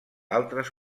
altres